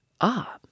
Ah